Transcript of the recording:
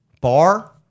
bar